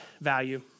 value